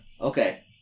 Okay